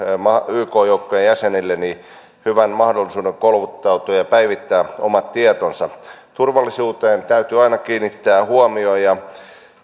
yk joukkojen jäsenille hyvän mahdollisuuden kouluttautua ja ja päivittää omat tietonsa turvallisuuteen täytyy aina kiinnittää huomiota